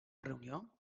reunió